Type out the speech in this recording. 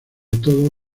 todo